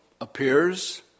appears